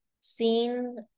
seen